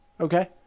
Okay